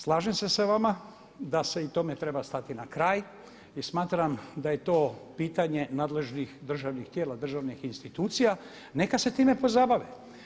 Slažem se sa vama da se i tome treba stati na kraj i smatram da je to pitanje nadležnih državnih tijela, državnih institucija, neka se time pozabave.